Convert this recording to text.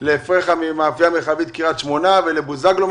לפרחה ממאפייה מרחבית קריית שמונה ולבוזגלו